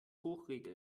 hochregeln